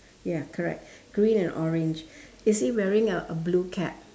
ya correct green and orange is he wearing a blue cap